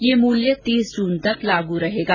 यह मूल्य तीस जून तक लागू रहेगा